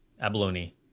Abalone